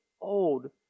old